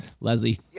Leslie